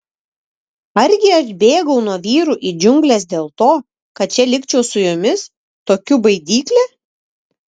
argi aš bėgau nuo vyrų į džiungles dėl to kad čia likčiau su jumis tokiu baidykle